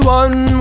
one